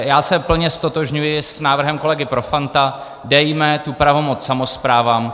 Já se plně ztotožňuji s návrhem kolegy Profanta, dejme tu pravomoc samosprávám.